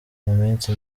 minsi